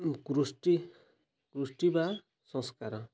କୃଷ୍ଟି କୃଷ୍ଟି ବା ସଂସ୍କାର